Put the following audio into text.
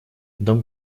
дом